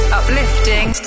uplifting